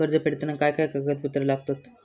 कर्ज फेडताना काय काय कागदपत्रा लागतात?